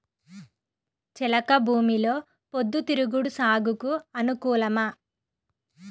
చెలక భూమిలో పొద్దు తిరుగుడు సాగుకు అనుకూలమా?